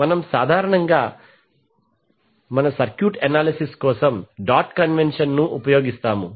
మనము సాధారణంగా మా సర్క్యూట్ అనాలిసిస్ కోసం డాట్ కన్వెన్షన్ను ఉపయోగిస్తాము